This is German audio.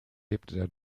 lebte